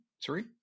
sorry